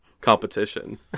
competition